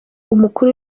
umukuru